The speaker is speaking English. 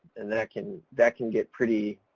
and that can, that can get pretty,